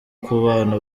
kubana